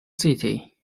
city